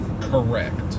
Correct